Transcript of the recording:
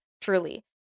truly